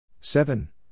Seven